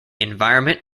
environment